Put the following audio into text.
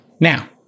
Now